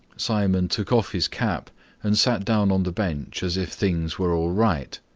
simon took off his cap and sat down on the bench as if things were all right.